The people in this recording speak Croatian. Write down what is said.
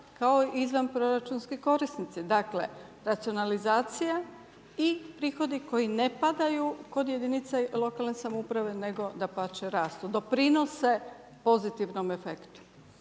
kao izvanproračunski korisnici. Dakle, racionalizacije i prihodi koji ne padaju kod jedinice lokalne samouprave nego dapače rastu, doprinose pozitivnom efektu.